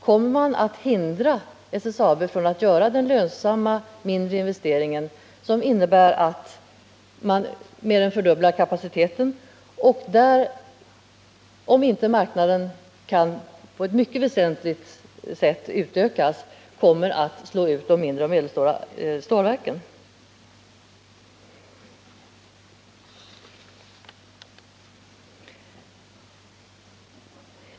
Kommer man att hindra SSAB från att göra den lönsamma mindre investeringen, som innebär att kapaciteten mer än fördubblas och som, om inte marknaden kan på ett mycket väsentligt sätt utökas, kommer att slå ut de mindre och medelstora stålverken?